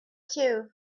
too